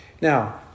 Now